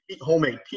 homemade